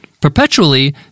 perpetually